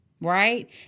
right